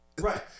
Right